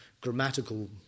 grammatical